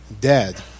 Dead